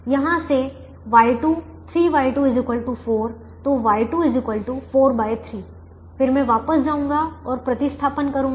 यहां से Y2 3Y2 4 तो Y2 43 फिर मैं वापस जाऊँगा और प्रतिस्थापन करूंगा